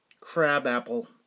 crabapple